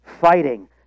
fighting